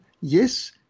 Yes